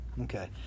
okay